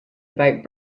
about